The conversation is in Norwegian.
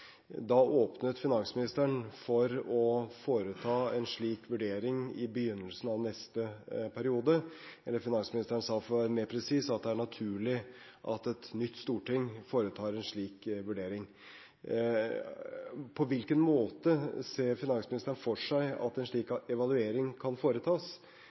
Da åpnet finansministeren for å foreta en slik vurdering i begynnelsen av neste periode. Finansministeren sa – for å være mer presis – at det er naturlig at et nytt storting foretar en slik vurdering. På hvilken måte ser finansministeren for seg at en slik evaluering kan foretas?